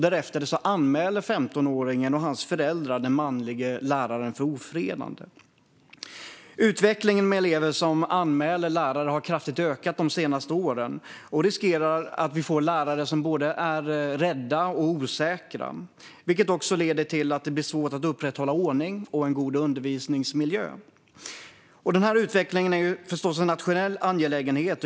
Därefter anmäler 15-åringen och hans föräldrar den manlige läraren för ofredande. Antalet elever som anmäler lärare har kraftigt ökat de senaste åren. Det gör att vi riskerar att få lärare som är både rädda och osäkra, vilket leder till att det blir svårt att upprätthålla ordning och en god undervisningsmiljö. Denna utveckling är förstås en nationell angelägenhet.